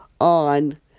on